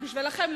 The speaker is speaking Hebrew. בשבילכם,